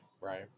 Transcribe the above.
Right